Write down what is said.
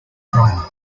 primer